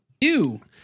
Ew